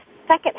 second